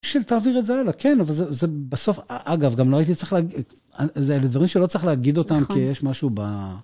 של תעביר את זה הלאה, כן אבל זה בסוף, אגב גם לא הייתי צריך להגיד, זה אלה דברים שלא צריך להגיד אותם כי יש משהו ב...